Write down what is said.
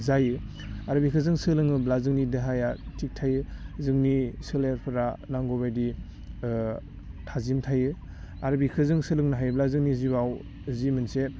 जायो आरो बेखौ जों सोलोङोब्ला जोंनि देहाया थिग थायो जोंनि सोलेरफ्रा नांगौबायदि थाजिम थायो आरो बेखौ जों सोलोंनो हायोब्ला जोंनि जिवाव जि मोनसे